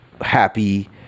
happy